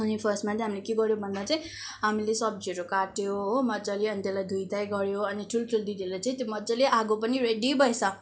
अनि फर्स्टमा चाहिँ हामीले के गऱ्यो भन्दा चाहिँ हामीले सब्जीहरू काट्यो हो मजाले अनि त्यसलाई धोइधाइ गऱ्यो अनि ठुल ठुलो दिदीहरूले चाहिँ त्यो मजाले आगोहरू पनि रेडी भएछ